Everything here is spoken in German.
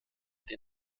der